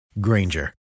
Granger